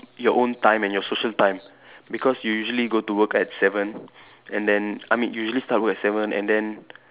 your own time and your social time because you usually go to work at seven and then I mean usually start work at seven and then